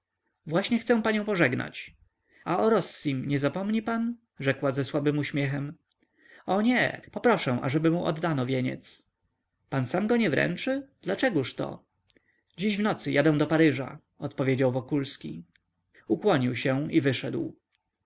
właśnie chcę panią pożegnać a o rossim nie zapomni pan rzekła ze słabym uśmiechem o nie poproszę ażeby mu oddano wieniec pan sam go nie wręczy dlaczegóż to dziś w nocy jadę do paryża odpowiedział wokulski ukłonił się i wyszedł